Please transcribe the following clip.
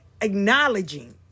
acknowledging